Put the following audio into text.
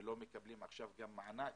ולא מקבלים עכשיו גם מענק.